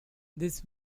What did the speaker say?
this